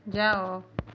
ଯାଅ